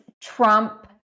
Trump